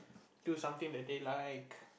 do something that they like